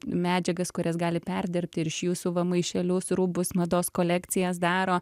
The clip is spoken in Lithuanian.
medžiagas kurias gali perdirbti ir iš jūsų va maišelius rūbus mados kolekcijas daro